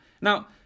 Now